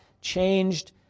changed